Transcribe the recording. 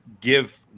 give